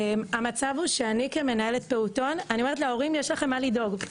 המצב הוא שאני כמנהלת פעוטון אני אומרת להורים יש לכם מה לדאוג,